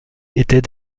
était